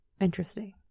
Interesting